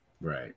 right